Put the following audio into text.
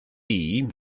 near